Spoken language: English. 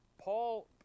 Paul